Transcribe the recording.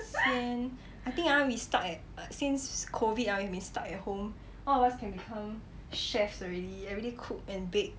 sian I think ah we stuck at since COVID ah we may stuck at home all of us can become chefs already you every day cook and bake